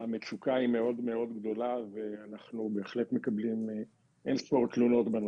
המצוקה היא מאוד מאוד גדולה ואנחנו בהחלט מקבלים אין ספור תלונות בנושא.